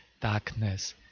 darkness